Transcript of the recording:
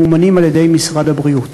הם ממומנים על-ידי משרד הבריאות,